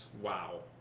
Wow